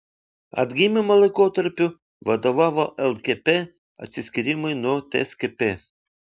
atgimimo laikotarpiu vadovavo lkp atsiskyrimui nuo tskp